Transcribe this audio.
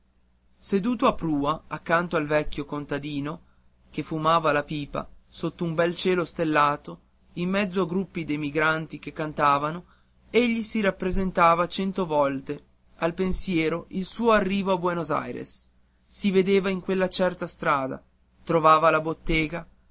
seduto a prua accanto al vecchio contadino che fumava la pipa sotto un bel cielo stellato in mezzo a gruppi d'emigranti che cantavano egli si rappresentava cento volte al pensiero il suo arrivo a buenos aires si vedeva in quella certa strada trovava la bottega